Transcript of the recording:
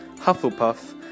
Hufflepuff